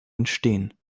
entstehen